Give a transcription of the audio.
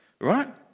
Right